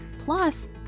plus